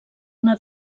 una